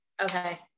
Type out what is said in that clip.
Okay